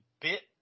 bit